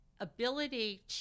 ability